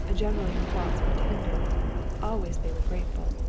generally her thoughts were tender always they were grateful.